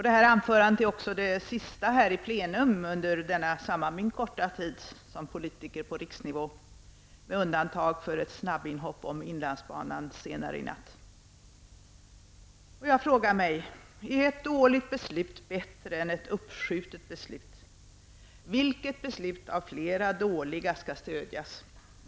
Det här anförandet är också det sista här under plenum under denna samma min korta tid som politiker på riksnivå, med undantag för ett snabbinhopp om inlandsbanan senare i kväll. Jag frågar mig: Är ett dåligt beslut bättre än ett uppskjutet beslut? Vilket beslut av flera dåliga skall stödjas?